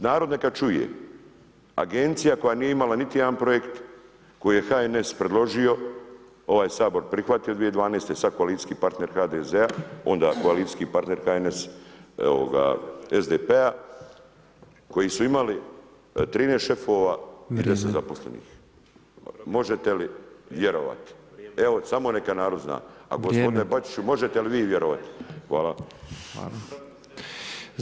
Narod neka čuje, agencija, koja nije imala niti jedna projekt, koji je HNS predložio, ovaj Sabor prihvatio 2012. sad koalicijski partner HDZ-a, onda koalicijski partner HNS, SDP-a, koji su imali 13 šefova [[Upadica: Vrijeme.]] 30 zaposlenih, možete li vjerovati, evo samo neka narod, zna, a gospodine Bačiću, možete li vi vjerovati?